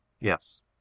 Yes